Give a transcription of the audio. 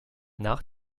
nach